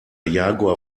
jaguar